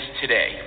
today